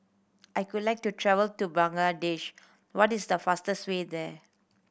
I could like to travel to Bangladesh what is the fastest way there